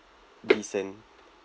decent